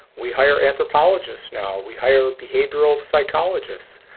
we hire anthropologists now. we hire behavioral psychologists.